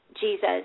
Jesus